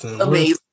amazing